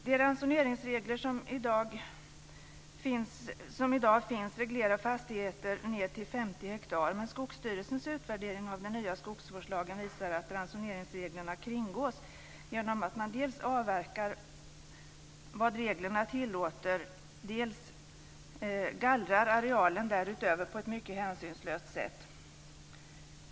De ransoneringsregler som i dag finns reglerar fastigheter ned till 50 hektar, men Skogsstyrelsens utvärdering av den nya skogsvårdslagen visar att ransoneringsreglerna kringgås genom att man dels avverkar vad reglerna tillåter, dels gallrar arealen därutöver på ett mycket hänsynslöst sätt.